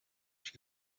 she